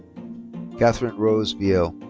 katherine rose viehl.